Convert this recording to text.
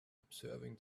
observing